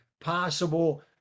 possible